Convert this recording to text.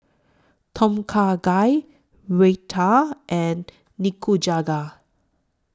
Tom Kha Gai Raita and Nikujaga